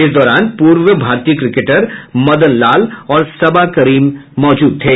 इस दौरान पूर्व भारतीय क्रिकेटर मदन लाल और सबा करीम मौजूद थे